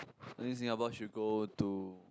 I think Singapore should go to